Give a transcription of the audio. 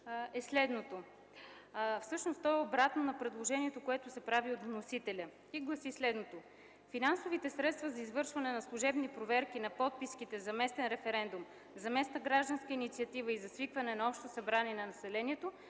е следното. Всъщност то е обратно на предложението, което се прави от вносителя, и гласи следното: „Финансовите средства за извършване на служебни проверки на подписките за местен референдум, за местна гражданска инициатива и за свикване на общо събрание на населението